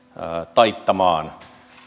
taittamaan